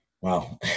Wow